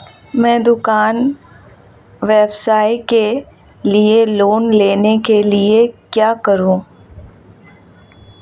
मैं दुकान व्यवसाय के लिए लोंन लेने के लिए क्या करूं?